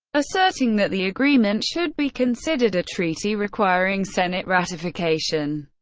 asserting that the agreement should be considered a treaty requiring senate ratification.